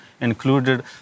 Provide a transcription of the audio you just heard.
included